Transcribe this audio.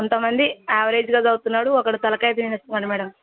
కొంతమంది ఆవరేజ్గా చదువుతున్నాడు ఒకడు తలకాయ తినేస్తున్నాడు మేడం